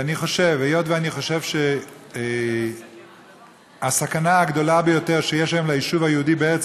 היות שאני חושב שהסכנה הגדולה ביותר שיש היום ליישוב היהודי בארץ